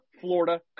Florida